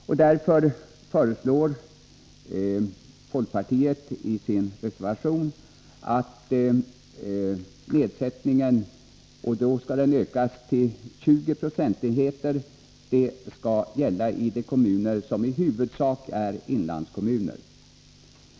Folkpartiet föreslår därför i sin reservation en avgiftsnedsättning med 20 procentenheter i de kommuner som huvudsakligen är inlandskommuner.